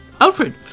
Alfred